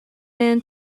man